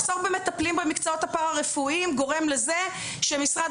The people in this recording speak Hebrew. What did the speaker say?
מחסור במטפלים במקצועות הפארה-רפואיים גורם לזה שמשרד